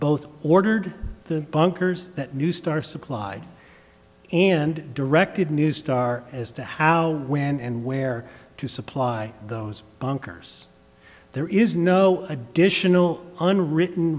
both ordered the bunkers that new star supplied and directed neustar as to how when and where to supply those bunkers there is no additional unwritten